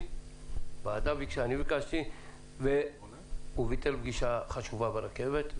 הוועדה ביקשה ואני ביקשתי והוא ביטל פגישה חשובה ברכבת.